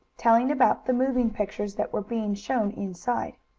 telling about the moving pictures that were being shown inside.